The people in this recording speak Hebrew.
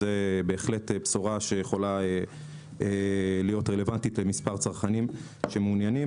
וזה בהחלט בשורה שיכולה להיות רלוונטית למספר צרכנים שמעוניינים.